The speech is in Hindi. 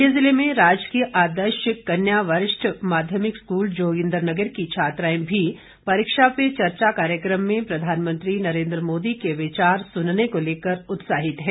मंडी जिले में राजकीय आदर्श कन्या वरिष्ठ माध्यमिक स्कूल जोगिन्द्रनगर की छात्राएं भी परीक्षा पे चर्चा कार्यक्रम में प्रधानमंत्री नरेंद्र मोदी के विचार सुनने को लेकर उत्साहित है